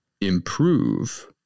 improve